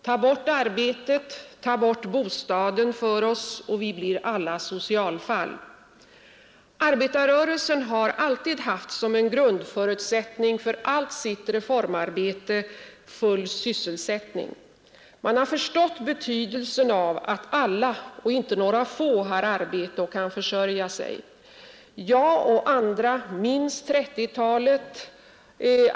Ta bort arbetet, ta bort bostaden för oss och vi blir alla socialfall. Arbetarrörelsen har alltid haft som en grundförutsättning för allt sitt reformarbete: full sysselsättning. Man har förstått betydelsen av att alla och inte bara några få har arbete och kan försörja sig. Jag och andra minns 1930-talet.